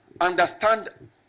understand